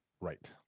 Right